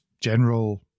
general